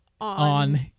on